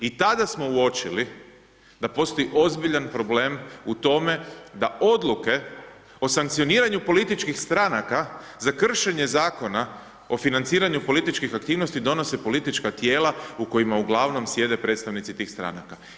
I tada smo uočili da postoji ozbiljan problem u tome da odluke za sankcioniranje političkih stranaka, za kršenje zakona o financiranju političkih aktivnosti, donose političkih tijela, u kojima ugl. sjede predstavnici tih stranaka.